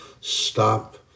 stop